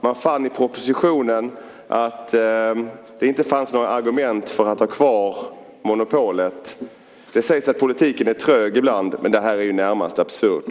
Man fann i propositionen att det inte fanns några argument för att ha kvar monopolet. Det sägs att politiken är trög ibland. Men det här är närmast absurt.